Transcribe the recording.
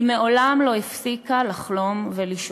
היא מעולם לא הפסיקה לחלום ולשאוף.